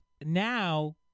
now